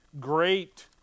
great